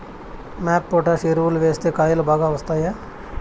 MOP potash ఎరువులు వేస్తే కాయలు బాగా వస్తాయా?